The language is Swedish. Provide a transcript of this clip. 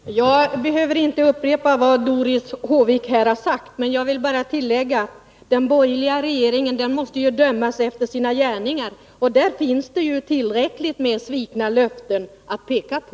Herr talman! Jag behöver inte upprepa vad Doris Håvik här har sagt. Jag vill bara tillägga att den borgerliga regeringen måste dömas efter sina gärningar, och där finns det ju tillräckligt med svikna löften att peka på.